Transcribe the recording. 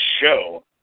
show